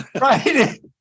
Right